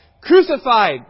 crucified